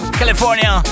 california